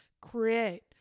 Create